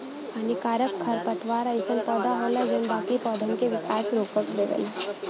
हानिकारक खरपतवार अइसन पौधा होला जौन बाकी पौधन क विकास रोक देवला